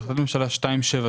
החלטת ממשלה 279,